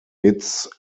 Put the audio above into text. its